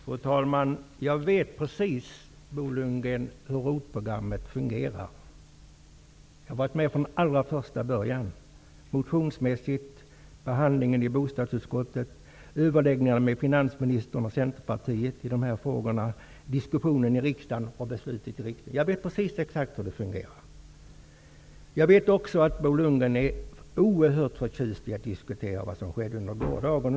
Fru talman! Jag vet precis, Bo Lundgren, hur ROT programmet fungerar. Jag var med från allra första början: motionsmässigt, behandlingen i bostadsutskottet, överläggningarna med finansministern och Centerpartiet i dessa frågor samt diskussionen och beslutet i riksdagen. Jag vet exakt hur det fungerar. Jag vet också att Bo Lundgren är oerhört förtjust i att diskutera vad som skedde under gårdagen.